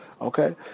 Okay